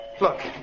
Look